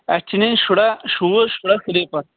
اَسہِ چھِ نِنۍ شُراہ شوٗز شُراہ سِلیٖپر